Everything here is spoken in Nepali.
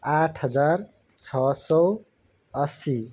आठ हजार छ सौ अस्सी